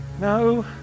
No